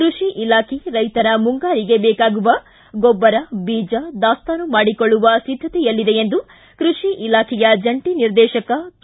ಕೃಷಿ ಇಲಾಖೆ ರೈತರ ಮುಂಗಾರಿಗೆ ಬೇಕಾಗುವ ಗೊಬ್ಬರ ಬೀಜ ದಾಸ್ತಾನು ಮಾಡಿಕೊಳ್ಳುವ ಸಿದ್ಧತೆಯಲ್ಲಿದೆ ಎಂದು ಕೃಷಿ ಇಲಾಖೆಯ ಜಂಟಿ ನಿರ್ದೇಶಕ ಕೆ